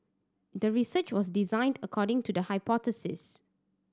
the research was designed according to the hypothesis